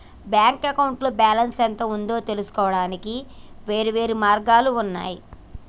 bank అకౌంట్లో balance ఎంత ఉందో తెలుసుకోవడానికి వేర్వేరు మార్గాలు ఉన్నయి